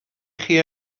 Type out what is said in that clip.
chi